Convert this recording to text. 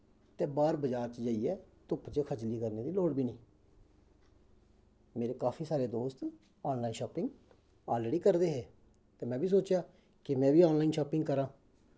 ते बाह्र बजार च जाइयै धुप्प च खज्जली करने दी लोड़ बी नेईं मेरे काफी सारे दोस्त आनलाइन शापिंग ऑलरड़ी करदे हे ते में बी सोचेआ कि में बी आनलाइन शॉपिंग करां